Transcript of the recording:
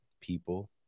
people